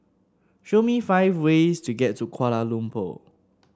show me five ways to get to Kuala Lumpur